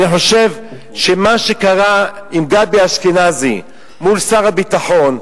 אני חושב שמה שקרה עם גבי אשכנזי מול שר הביטחון,